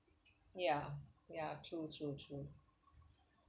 ya ya true true true